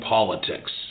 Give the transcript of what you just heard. Politics